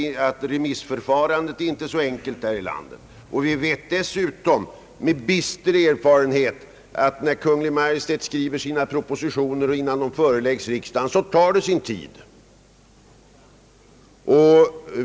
Vi vet att remissförfarandet inte är så enkelt här i landet, och vi vet dessutom med bister erfarenhet att det tar sin tid innan Kungl. Maj:t förelägger riksdagen sina propositioner.